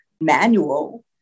manual